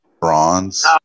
bronze